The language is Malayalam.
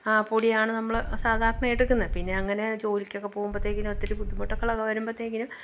ആ പൊടിയാണ് നമ്മൾ സാധാരണ എടുക്കുന്നേ പിന്നങ്ങനെ ജോലിക്കൊക്കെ പോകുമ്പോഴത്തേക്കിനും ഒത്തിരി ബുദ്ധിമുട്ടുകളൊക്കെ വരുമ്പോഴത്തേക്കിനും